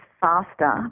faster